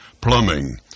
plumbing